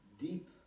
Deep